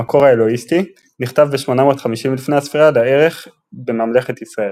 המקור האלוהיסטי נכתב ב-850 לפנה"ס לערך בממלכת ישראל.